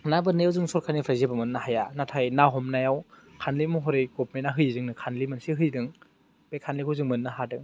ना बोननायाव जों सरकारनिफ्राय जेबो मोननो हाया नाथाय ना हमनायाव फाण्डनि महरै गभमेन्टआ होयो जोंनो खानलि मोनसे हैदों बे खानलिखौ जों मोननो हादों